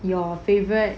your favourite